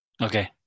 Okay